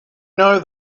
know